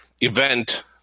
event